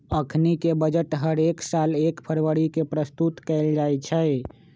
अखनीके बजट हरेक साल एक फरवरी के प्रस्तुत कएल जाइ छइ